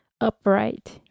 upright